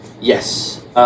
Yes